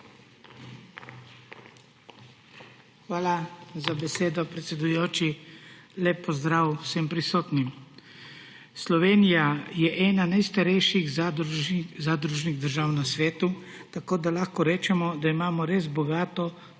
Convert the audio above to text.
Hvala za besedo, predsedujoči. Lep pozdrav vsem prisotnim! Slovenija je ena najstarejših zadružnih držav na svetu, tako da lahko rečemo, da imamo res bogato zadružno